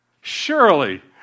Surely